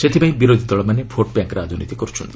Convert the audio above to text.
ସେଥିପାଇଁ ବିରୋଧୀ ଦଳମାନେ ଭୋଟ୍ ବ୍ୟାଙ୍କ୍ ରାଜନୀତି କରୁଛନ୍ତି